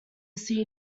see